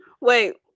wait